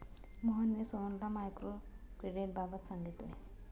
मोहनने सोहनला मायक्रो क्रेडिटबाबत सांगितले